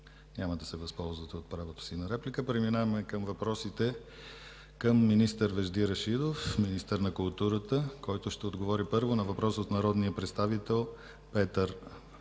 Няма да се възползвате от правото си на реплика. Преминаваме на въпросите към господин Вежди Рашидов – министър на културата. Той ще отговори първо на въпрос от народния представител Петър Славов